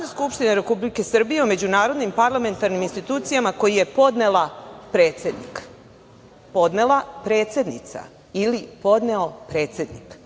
skupština Republike Srbije u međunarodnim parlamentarnim institucijama koji je podnela predsednika“. Podnela predsednica ili podneo predsednik.